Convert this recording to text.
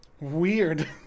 Weird